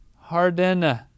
harden